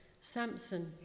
Samson